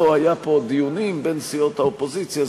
היו פה דיונים בין סיעות האופוזיציה,